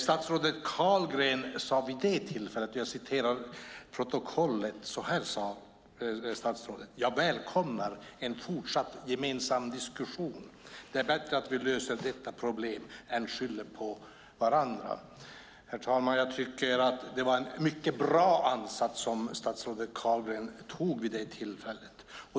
Statsrådet Carlgren sade vid det tillfället, för att citera från protokollet: "Jag välkomnar . en fortsatt gemensam diskussion. Det är bättre om vi löser detta problem än att vi skyller på varandra." Herr talman! Jag tycker att det var en mycket bra ansats som statsrådet Carlgren hade vid det tillfället.